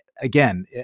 again